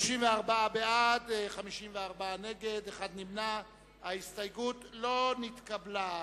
בעד, 32, נגד, 52. ההסתייגות לחלופין לא נתקבלה.